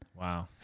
Wow